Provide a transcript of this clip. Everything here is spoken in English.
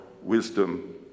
wisdom